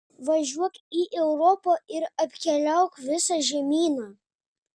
važiuok į europą ir apkeliauk visą žemyną